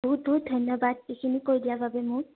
বহুত বহুত ধন্যবাদ এইখিনি কৈ দিয়া বাবে মোক